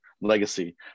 legacy